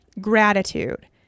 Gratitude